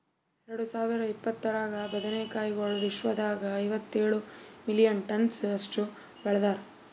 ಎರಡು ಸಾವಿರ ಇಪ್ಪತ್ತರಾಗ ಬದನೆ ಕಾಯಿಗೊಳ್ ವಿಶ್ವದಾಗ್ ಐವತ್ತೇಳು ಮಿಲಿಯನ್ ಟನ್ಸ್ ಅಷ್ಟು ಬೆಳದಾರ್